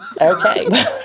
Okay